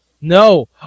No